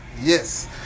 yes